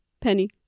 Penny